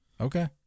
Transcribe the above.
Okay